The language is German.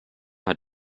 hat